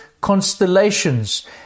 constellations